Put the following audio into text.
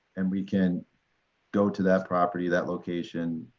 and we can go to that property that location,